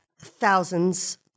thousands